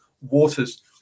waters